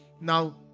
Now